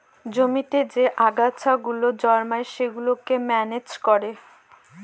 জমিতে যে আগাছা গুলো জন্মায় সেগুলোকে ম্যানেজ করে